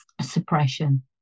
suppression